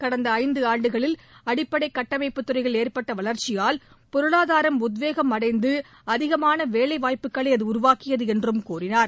கடந்த ஐந்தாண்டுகளில் அடிப்படை கட்டமைப்புத்துறையில் ஏற்பட்ட வளர்ச்சியால் பொருளாதாரம் உத்வேகம் அடைந்து அதிகமான வேலைவாய்ப்புகளை அது உருவாக்கியது என்றும் கூறினார்